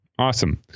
Awesome